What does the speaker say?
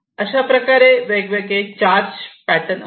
अशा प्रकारे वेगवेगळे चार्ज पॅटर्न आहेत